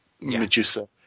Medusa